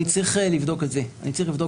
אני צריך לבדוק את זה.